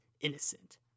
innocent